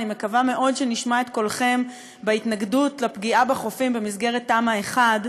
אני מקווה מאוד שנשמע את קולכם בהתנגדות לפגיעה בחופים במסגרת תמ"א 1,